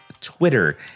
Twitter